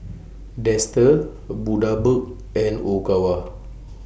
Dester Bundaberg and Ogawa